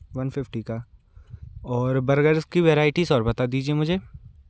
one fifty का और burgers की वैरायटीज़ और बता दीजिए मुझे